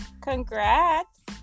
congrats